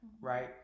right